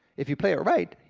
if you play right,